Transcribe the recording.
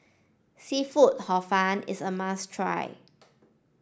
seafood hor fun is a must try